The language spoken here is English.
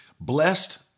Blessed